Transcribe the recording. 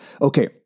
Okay